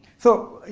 so,